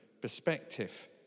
perspective